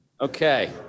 Okay